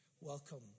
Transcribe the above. welcome